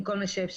עם כל מה שאפשר.